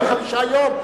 יום.